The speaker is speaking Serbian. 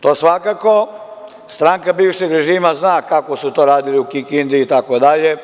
To svakako stranka bivšeg režima zna kako su to radili u Kikindi itd.